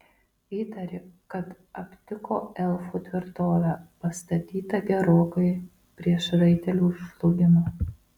įtarė kad aptiko elfų tvirtovę pastatytą gerokai prieš raitelių žlugimą